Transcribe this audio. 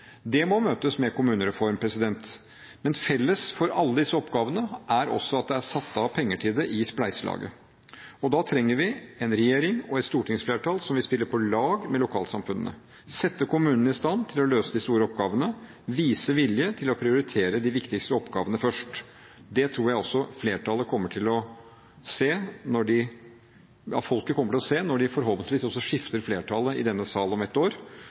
Det må møtes med kommunereform, men felles for alle disse oppgavene er også at det er satt av penger til det i spleiselaget. Da trenger vi en regjering og et stortingsflertall som vil spille på lag med lokalsamfunnene, som vil sette kommunene i stand til å løse de store oppgavene, og som vil vise vilje til å prioritere de viktigste oppgavene først. Det tror jeg også at flertallet av folket kommer til å se når de forhåpentligvis skifter flertallet i denne salen om ett år.